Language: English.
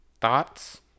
thoughts